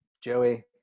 joey